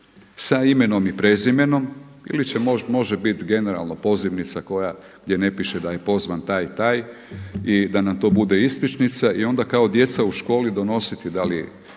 sa imenom i prezimenom ili može biti generalno pozivnica koja gdje ne piše da je pozvan taj i taj i da nam to bude ispričnica i onda kao djeca u školi donositi da li